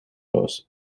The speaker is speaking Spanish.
los